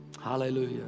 Hallelujah